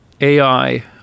AI